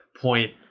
point